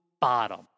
bottom